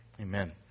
Amen